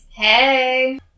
Hey